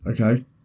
Okay